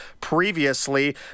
previously